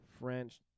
French